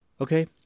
Okay